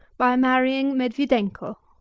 by marrying medviedenko.